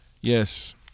Yes